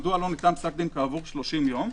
מדוע לא ניתן פסק דין כעבור 30 יום.